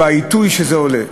מצילות חיים,